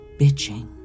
bitching